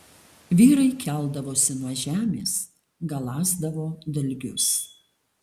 vyrai keldavosi nuo žemės galąsdavo dalgius